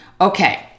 Okay